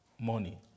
money